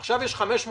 עכשיו יש 500 חולים,